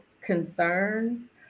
concerns